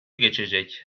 geçecek